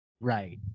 Right